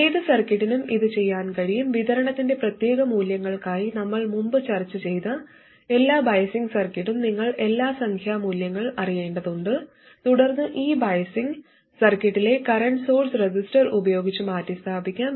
ഏത് സർക്യൂട്ടിനും ഇത് ചെയ്യാൻ കഴിയും വിതരണത്തിന്റെ പ്രത്യേക മൂല്യങ്ങൾക്കായി നമ്മൾ മുമ്പ് ചർച്ച ചെയ്ത എല്ലാ ബയാസിംഗ് സർക്യൂട്ടും നിങ്ങൾ എല്ലാ സംഖ്യാ മൂല്യങ്ങൾ അറിയേണ്ടതുണ്ട് തുടർന്ന് ആ ബയാസിംഗ് സർക്യൂട്ടിലെ കറന്റ് സോഴ്സ് റെസിസ്റ്റർ ഉപയോഗിച്ച് മാറ്റിസ്ഥാപിക്കാം